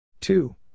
Two